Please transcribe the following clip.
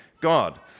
God